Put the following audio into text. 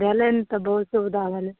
तऽ भेलै ने बहुत सुविधा भेलै